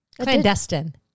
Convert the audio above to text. Clandestine